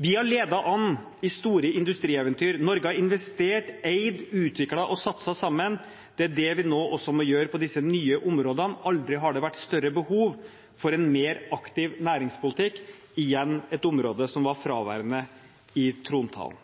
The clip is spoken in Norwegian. Vi har ledet an i store industrieventyr. Norge har investert, eid, utviklet og satset sammen. Det er det vi nå også må gjøre på disse nye områdene. Aldri har det vært større behov for en aktiv næringspolitikk – igjen et område som var fraværende i trontalen.